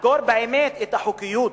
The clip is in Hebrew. לחקור באמת את החוקיות